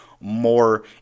more